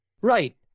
Right